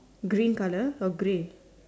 green colour or grey